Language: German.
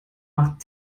macht